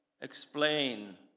explain